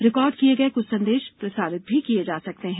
record किए गए कुछ संदेश प्रसारित भी किए जा सकते हैं